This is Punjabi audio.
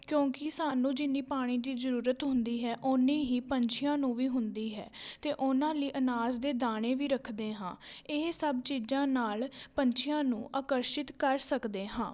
ਕਿਉਂਕਿ ਸਾਨੂੰ ਜਿੰਨੀ ਪਾਣੀ ਦੀ ਜ਼ਰੂਰਤ ਹੁੰਦੀ ਹੈ ਓਨੀ ਹੀ ਪੰਛੀਆਂ ਨੂੰ ਵੀ ਹੁੰਦੀ ਹੈ ਅਤੇ ਉਹਨਾਂ ਲਈ ਅਨਾਜ ਦੇ ਦਾਣੇ ਵੀ ਰੱਖਦੇ ਹਾਂ ਇਹ ਸਭ ਚੀਜ਼ਾਂ ਨਾਲ ਪੰਛੀਆਂ ਨੂੰ ਆਕਰਸ਼ਿਤ ਕਰ ਸਕਦੇ ਹਾਂ